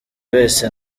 wese